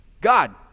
god